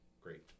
great